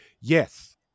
yes